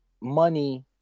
money